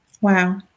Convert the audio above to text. wow